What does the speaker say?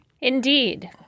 Indeed